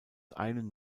einen